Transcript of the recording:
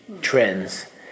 trends